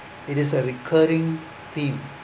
it is a recurring theme